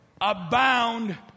abound